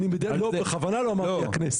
בסדר, אבל אני בכוונה לא אמרתי הכנסת.